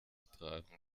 tragen